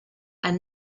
and